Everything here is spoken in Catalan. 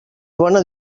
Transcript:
bona